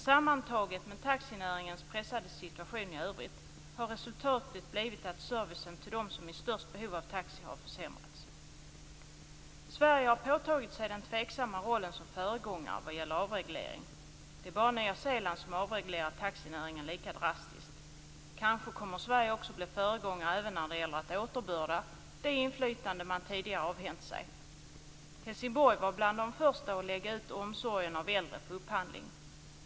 Sammantaget med taxinäringens pressade situation i övrigt har resultatet blivit att servicen till dem som är i störst behov av taxi har försämrats. Sverige har påtagit sig den tveksamma rollen som föregångare vad gäller avreglering. Det är bara Nya Zeeland som har avreglerat taxinäringen lika drastiskt. Kanske kommer Sverige att bli föregångare även när det gäller att återbörda det inflytande man tidigare avhänt sig. Helsingborg var bland de första kommunerna att lägga ut omsorgen om äldre på upphandling.